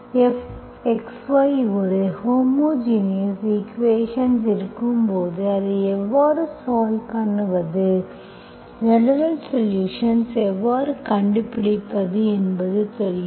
fxy ஒரு homogeneous equations இருக்கும்போது அதை எவ்வாறு சால்வ் பண்ணுவது ஜெனரல்சொலுஷன்ஸ் எவ்வாறு கண்டுபிடிப்பது என்பது தெரியும்